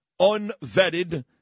unvetted